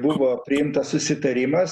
buvo priimtas susitarimas